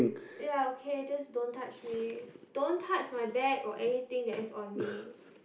ya okay just don't touch me don't touch my bag or anything that is on me